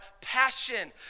passion